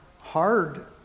hard